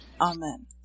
Amen